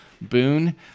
boon